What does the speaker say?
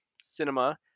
cinema